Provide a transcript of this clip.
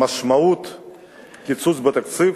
המשמעות של קיצוץ בתקציב